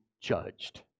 judged